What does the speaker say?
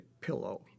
pillow